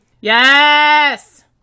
Yes